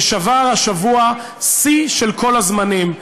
ששבר השבוע שיא של כל הזמנים,